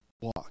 walk